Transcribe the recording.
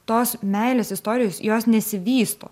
tos meilės istorijos jos nesivysto